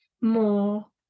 more